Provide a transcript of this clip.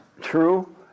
true